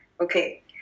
okay